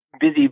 busy